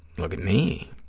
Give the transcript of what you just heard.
look at me,